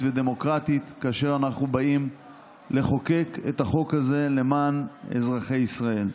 ודמוקרטית כאשר אנחנו באים לחוקק את החוק הזה למען אזרחי ישראל.